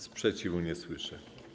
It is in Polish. Sprzeciwu nie słyszę.